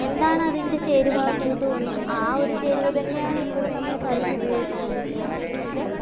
എന്താണതിൻ്റെ ചേരുവ കൂട്ട് ഒന്ന് ആ ഒരു ചേരുവ തന്നെയാണ് ഇപ്പോഴും നമ്മൾ കറിക്കുപയോഗിക്കുന്നത് പക്ഷെ